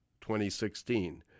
2016